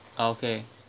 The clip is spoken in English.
okay